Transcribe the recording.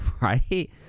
right